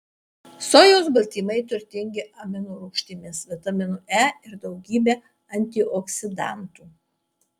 sojos baltymai turtingi aminorūgštimis vitaminu e ir daugybe antioksidantų